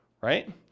Right